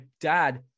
dad